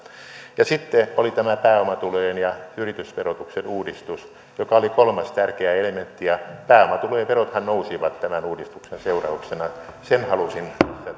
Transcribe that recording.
sitten oli tämä pääomatulojen ja yritysverotuksen uudistus joka oli kolmas tärkeä elementti pääomatulojen verothan nousivat tämän uudistuksen seurauksena sen halusin